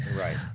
right